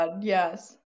yes